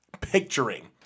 picturing